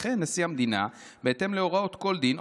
וכן נשיא המדינה בהתאם להוראות כל דין,